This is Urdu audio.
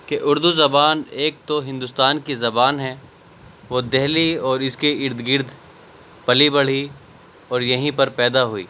کہ اردو زبان ایک تو ہندوستان کی زبان ہے وہ دہلی اور اس کے ارد گرد پلی بڑھی اور یہیں پر پیدا ہوئی